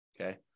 Okay